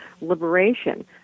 liberation